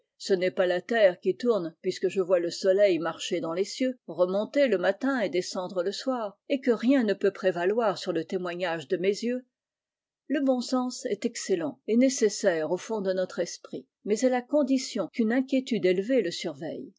ce n'est pas la terre qui tourne puisque je vois le soleil marcher dans les cieux remonter le matin et descendre le soir et que rieii ne peut prévaloir sur le témoignage de mes yeux le bon sens est excellent et nécessaire au fond de notre esprit mais à la condition qu'une inquiétude élevée le surveille